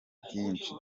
byinshi